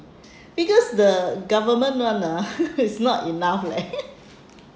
because the government one ah is not enough leh